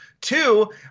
Two